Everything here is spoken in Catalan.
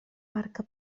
barca